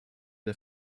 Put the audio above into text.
der